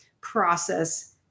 process